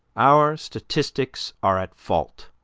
our statistics are at fault